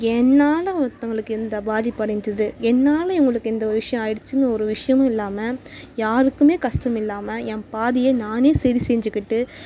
என்னால் ஒருத்தவங்களுக்கு இந்த பாதிப்படைஞ்சிது என்னால் இவங்களுக்கு இந்த ஒரு விஷயம் ஆயிடுச்சின்னு ஒரு விஷயமும் இல்லாமல் யாருக்குமே கஸ்டம் இல்லாமல் ஏன் பாதையை நானே சரி செஞ்சிக்கிட்டு